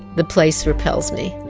the place repels me.